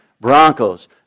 Broncos